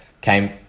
came